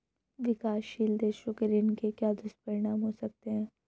विकासशील देशों के ऋण के क्या दुष्परिणाम हो सकते हैं?